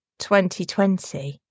2020